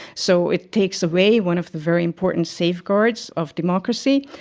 so it takes away one of the very important safeguards of democracy.